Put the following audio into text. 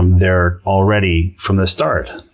they're already, from the start,